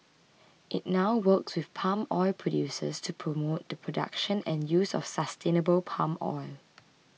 it now works with palm oil producers to promote the production and use of sustainable palm oil